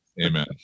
amen